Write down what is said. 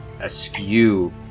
askew